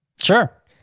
Sure